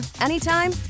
anytime